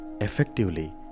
effectively